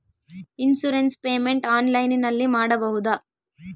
Insurance payment ಆನ್ಲೈನಿನಲ್ಲಿ ಮಾಡಬಹುದಾ?